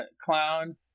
Clown